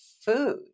food